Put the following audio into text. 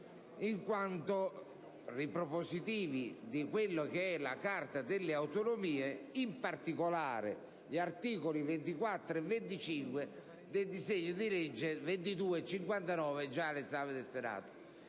7 ed 8 ripropositivi della Carta delle autonomie, in particolare degli articoli 24 e 25 del disegno di legge n. 2259, già all'esame del Senato.